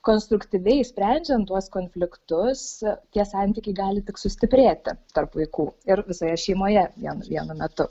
konstruktyviai sprendžiant tuos konfliktus tie santykiai gali tik sustiprėti tarp vaikų ir visoje šeimoje vienu vienu metu